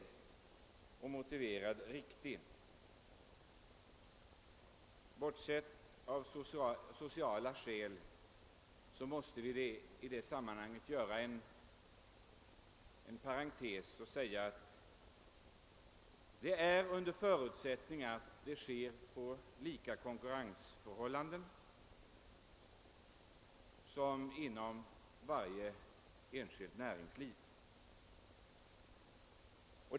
Bortsett från etableringar av sociala skäl måste vi emellertid i detta sammanhang göra ett förbehåll: Vi accepterar etableringen under förutsättning att den sker under samma konkurrensförhållanden som inom det enskilda näringslivet.